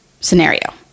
scenario